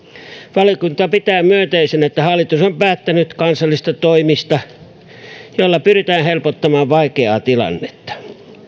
valiokunta pitää myönteisenä että hallitus on päättänyt kansallisista toimista joilla pyritään helpottamaan vaikeaa tilannetta